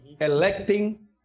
electing